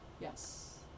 Yes